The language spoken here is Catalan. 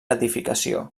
edificació